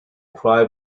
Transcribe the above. cry